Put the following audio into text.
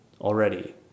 already